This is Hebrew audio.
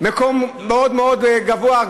מקום מאוד מאוד גבוה,